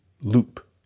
loop